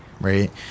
right